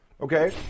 Okay